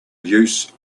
use